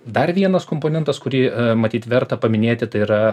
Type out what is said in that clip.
dar vienas komponentas kurį matyt verta paminėti tai yra